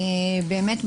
באמת,